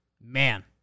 Man